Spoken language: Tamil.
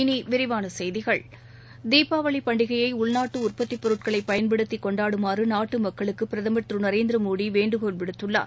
இனி விரிவான செய்திகள் தீபாவளி பண்டிகையை உள்நாட்டு உற்பத்தி பொருட்களை பயன்படுத்திக் கொண்டாடுமாறு நாட்டு மக்களுக்கு பிரதமர் திரு நரேந்திர மோடி வேண்டுகோள் விடுத்துள்ளார்